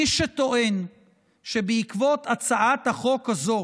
מי שטוען שבעקבות הצעת החוק הזו